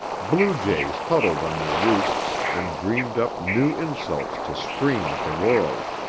blue jays huddled on their roosts and dreamed up new insults to scream at the world.